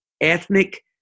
ethnic